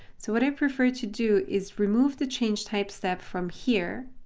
so what i prefer to do is remove the changed type step from here,